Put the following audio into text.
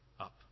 up